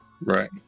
Right